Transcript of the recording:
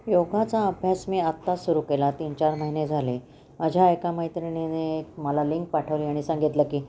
योगाचा अभ्यास मी आत्ताच सुरू केला तीन चार महिने झाले माझ्या एका मैत्रिणीने मला लिंक पाठवली आणि सांगितलं की